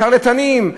שרלטנים.